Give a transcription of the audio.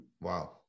Wow